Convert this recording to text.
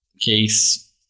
case